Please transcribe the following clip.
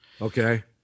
Okay